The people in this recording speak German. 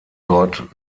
dort